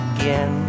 Again